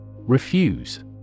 Refuse